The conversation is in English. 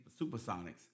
supersonics